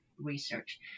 research